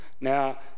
Now